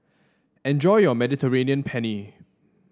enjoy your Mediterranean Penne